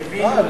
אה,